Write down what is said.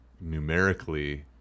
numerically